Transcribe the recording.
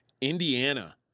Indiana